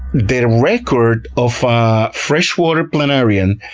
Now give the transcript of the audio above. the record of a freshwater planarian,